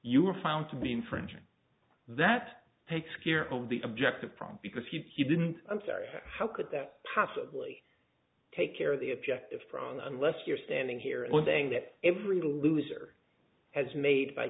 you were found to be infringing that takes care of the objective problem because if you didn't i'm sorry how could that possibly take care of the objective pran unless you're standing here and one thing that every loser has made by